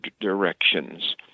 directions